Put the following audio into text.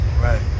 Right